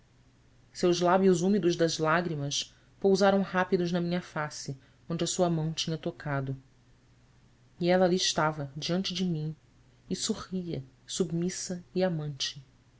seus lábios úmidos das lágrimas pousaram rápidos na minha face onde a sua mão tinha tocado e ela ali estava diante de mim e sorria submissa e amante